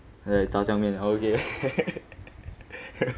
!hey! zha jiang mian okay